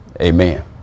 amen